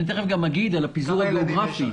תיכף גם אדבר על הפיזור הגיאוגרפי.